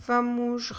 Vamos